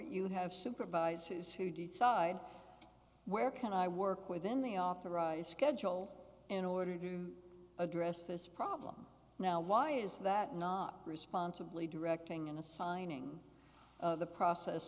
you have supervisors who decide where can i work within the authorized schedule in order to address this problem now why is that not responsibly directing and assigning the process